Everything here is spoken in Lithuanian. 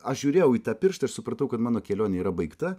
aš žiūrėjau į tą pirštą ir supratau kad mano kelionė yra baigta